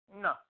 no